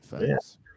Yes